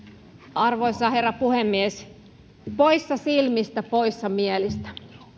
arvoisa herra puhemies poissa silmistä poissa mielistä